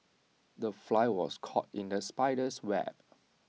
the fly was caught in the spider's web